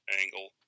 angle